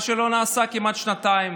מה שלא נעשה כמעט שנתיים.